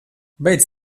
beidz